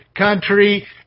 country